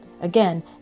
Again